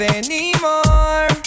anymore